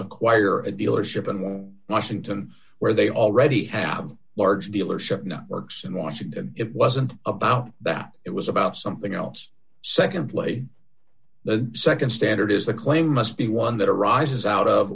acquire a dealership and washington where they already have large dealership networks in washington it wasn't about that it was about something else secondly the nd standard is the claim must be one that arises out of